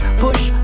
push